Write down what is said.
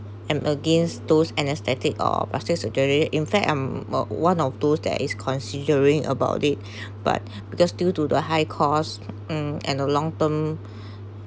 and against those anaesthetic or plastic surgery in fact I'm uh one of those that is considering about it but because due to the high costs mm and a long term